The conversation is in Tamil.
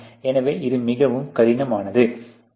எனவே இது மிகவும் கடினமானது ஆகும்